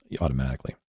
automatically